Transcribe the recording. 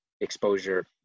exposure